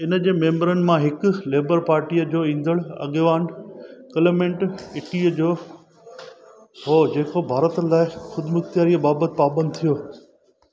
इन जे मैंबरनि मां हिक लेबर पाटीअ जो ईंदड़ु अॻवानु क्लेमेंटु इटलीअ जो हुओ जेको भारत लाइ ख़ुदिमुख़्तयारीअ बाबति पाबंदु थियो